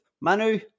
Manu